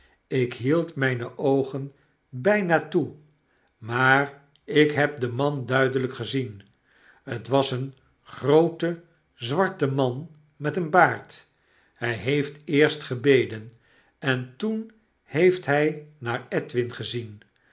ik hield myne oogen bijna toe maar ik heb den man duidelijk gezien t was een groote zwarte man met een baard hij heeft eerst gebeden en toen heeft hy naar edwin gezien